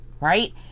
Right